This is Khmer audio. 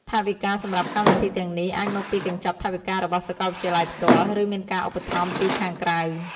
ថវិការសម្រាប់កម្មវិធីទាំងនេះអាចមកពីកញ្ចប់ថវិការបស់សាកលវិទ្យាល័យផ្ទាល់ ឬមានការឧបត្ថម្ភពីខាងក្រៅ។